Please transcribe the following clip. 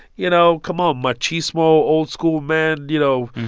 you know, come on, machismo, old-school men. you know?